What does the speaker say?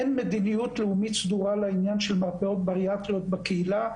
אין מדיניות לאומית סדורה לעניין של מרפאות בריאטריות בקהילה,